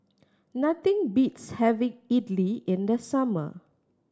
nothing beats having Idili in the summer